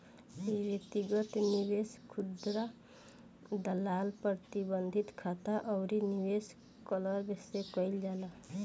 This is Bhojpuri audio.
इ व्यक्तिगत निवेश, खुदरा दलाल, प्रतिबंधित खाता अउरी निवेश क्लब से कईल जाला